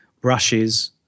brushes